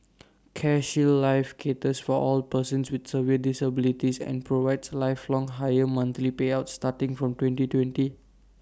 CareShield life caters for all persons with severe disabilities and provides lifelong higher monthly payouts starting from twenty twenty